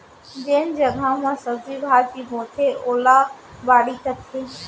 जेन जघा म सब्जी भाजी बोथें ओला बाड़ी कथें